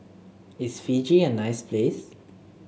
is Fiji a nice place